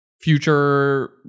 future